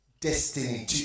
destiny